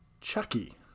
Chucky